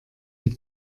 die